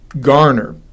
garner